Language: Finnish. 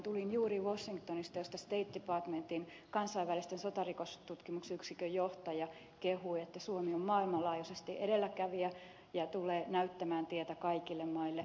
tulin juuri washingtonista missä state departmentin kansainvälisen sotarikostutkimusyksikön johtaja kehui että suomi on maailmanlaajuisesti edelläkävijä ja tulee näyttämään tietä kaikille maille